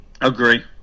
Agree